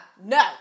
no